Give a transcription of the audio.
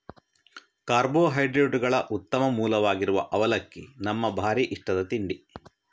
ಕಾರ್ಬೋಹೈಡ್ರೇಟುಗಳ ಉತ್ತಮ ಮೂಲವಾಗಿರುವ ಅವಲಕ್ಕಿ ನಮ್ಮ ಭಾರೀ ಇಷ್ಟದ ತಿಂಡಿ